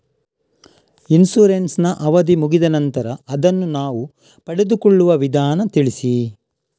Insurance ನ ಅವಧಿ ಮುಗಿದ ನಂತರ ಅದನ್ನು ನಾವು ಪಡೆದುಕೊಳ್ಳುವ ವಿಧಾನ ತಿಳಿಸಿ?